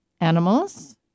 animals